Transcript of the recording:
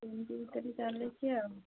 ଏମିତି ଭିତରେ ଚାଲିଛି ଆଉ